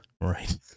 right